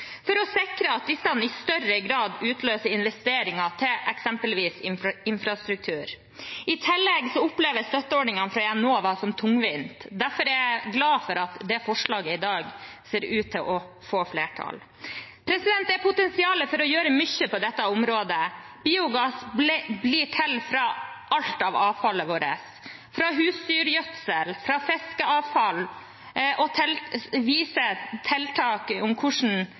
for å sikre at disse i større grad utløser investeringer i eksempelvis infrastruktur. I tillegg oppleves støtteordningene fra Enova som tungvinne. Derfor er jeg glad for at det forslaget i dag ser ut til å få flertall. Det er potensial for å gjøre mye på dette området. Biogass blir til fra alt av avfallet vårt – fra husdyrgjødsel, fra fiskeavfall – og